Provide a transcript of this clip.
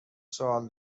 سوال